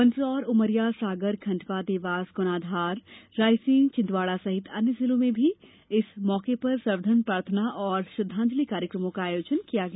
मंदसौर उमरिया सागर खंडवा देवास गुना धार रायसेन छिंदवाड़ा सहित अन्य जिलों में भी इस मौके पर सर्वधर्म प्रर्थना और श्रद्धांजलि कार्यक्रमों का आयोजन किया गया